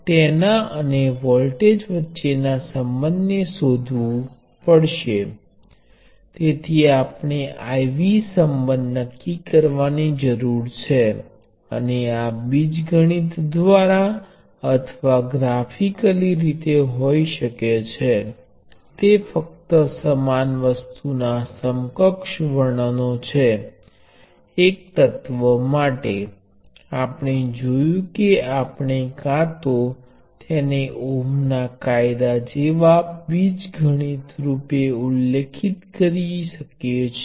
તેથી તેનો અર્થ એ છે કે જો તમારી પાસે બે અસમાન પ્રવાહ સ્ત્રોત છે તો તમે તેમને શ્રેણીમાં કનેક્ટ કરી શકતા નથી કારણ કે આવા જોડાણથી કિર્ચોફના પ્રવાહ ના કાયદાનું ઉલ્લંઘન થાય છે